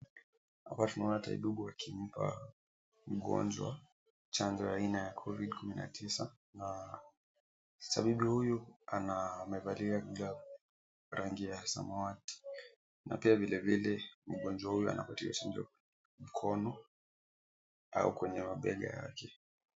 Hapa tunaona tabibu akimpa mgonjwa chanjo aina ya covid kumi na tisa. Tabibu huyu amevalia glavu ya rangi ya samawati na pia vile vile mgonjwa huyu anapatiwa chanjo kwenye mkono au kwenye mabega yake.